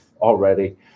already